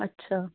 ਅੱਛਾ